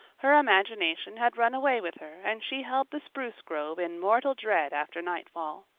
her imagination had run away with her and she held the spruce grove in mortal dread after nightfall.